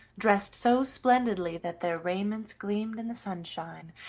dressed so splendidly that their raiments gleamed in the sunshine,